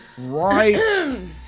Right